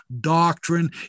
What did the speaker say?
doctrine